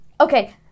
Okay